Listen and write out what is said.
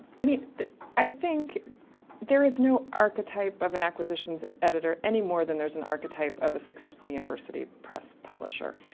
i mean i think there is no archetype of an acquisitions editor anymore then there is an archetype of a successful university press publisher.